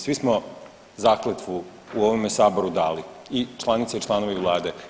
Svi smo zakletvu u ovome saboru dali i članice i članovi vlade.